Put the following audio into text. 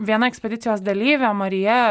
viena ekspedicijos dalyvė marija